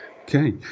okay